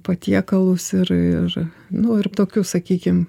patiekalus ir ir nu ir tokius sakykim